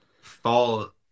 fall